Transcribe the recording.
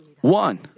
One